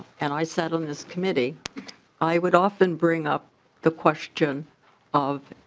and i sat on this committee i would often bring up the question of